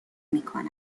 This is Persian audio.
میکند